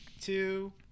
Two